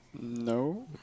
No